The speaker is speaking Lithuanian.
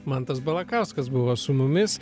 mantas balakauskas buvo su mumis